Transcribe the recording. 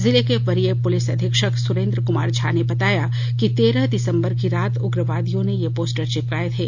जिले के वरीय पुलिस अधीक्षक सुरेंद्र कुमार झा ने बताया कि तेरह दिसंबर की रात उग्रवादियों ने ये पोस्टर चिपकाए थे